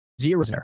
zero